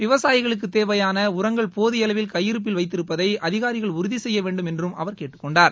விவசாயிகளுக்கு தேவையான உரங்கள் போதிய அளவில் கையிருப்பில் வைத்திருப்பதை அதிகாரிகள் உறுதி செய்ய வேண்டும் என்றும் அவர் கேட்டுக்கொண்டார்